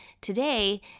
today